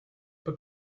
but